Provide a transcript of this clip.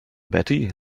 betty